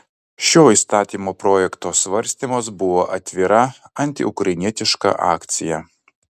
šio įstatymo projekto svarstymas buvo atvira antiukrainietiška akcija